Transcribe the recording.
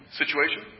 situation